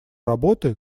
работы